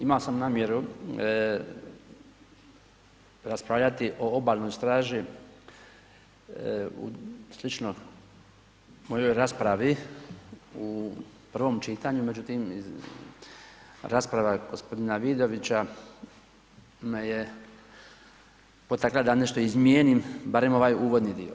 Imao sam namjeru raspravljati o Obalnoj straži u slično mojoj raspravi u prvom čitanju, međutim, rasprava g. Vidovića me je potakla da nešto izmijenim, barem ovaj uvodni dio.